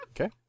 Okay